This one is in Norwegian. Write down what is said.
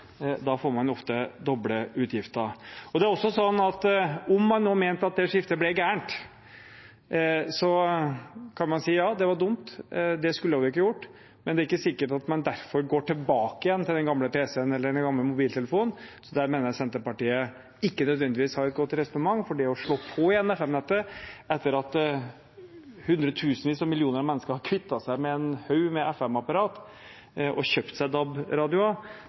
Da får man ofte doble utgifter. Og om man nå mente at det skiftet ble gærent, kan man si ja, det var dumt, det skulle vi ikke ha gjort. Men det er ikke sikkert at man derfor går tilbake igjen til den gamle pc-en eller den gamle mobiltelefonen. Der mener jeg Senterpartiet ikke nødvendigvis har et godt resonnement, for det å slå på igjen FM-nettet etter at hundretusenvis og millioner av mennesker har kvittet seg med en haug med FM-apparater og kjøpt seg